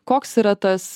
koks yra tas